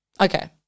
Okay